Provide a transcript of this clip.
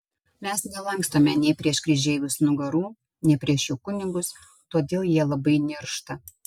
mes nelankstome nei prieš kryžeivius nugarų nei prieš jų kunigus todėl jie labai niršta